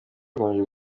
bakomeje